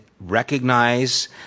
recognize